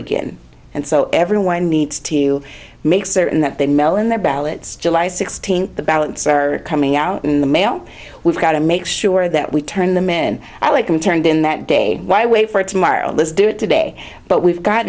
again and so everyone needs to make certain that they mellin their ballots july sixteenth the ballots are coming out in the mail we've got to make sure that we turn the men like them turned in that day why wait for tomorrow let's do it today but we've got